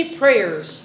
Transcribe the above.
prayers